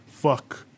Fuck